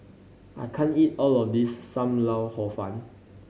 I can't eat all of this Sam Lau Hor Fun